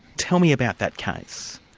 tell me about that case.